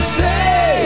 say